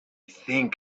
think